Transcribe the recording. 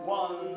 one